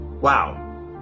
wow